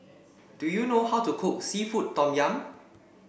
do you know how to cook seafood Tom Yum